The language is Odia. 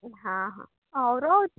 ହଁ ହଁ ହଉ ରହୁଛି